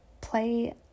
play